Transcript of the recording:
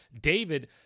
David